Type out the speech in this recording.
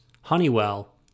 Honeywell